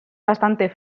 bastante